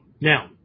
now